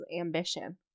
ambition